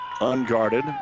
unguarded